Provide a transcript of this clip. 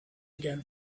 again